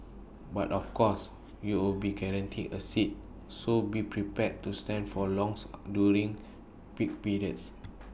but of course you would be guaranteed A seat so be prepared to stand for long during peak periods